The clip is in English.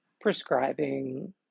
prescribing